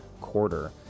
quarter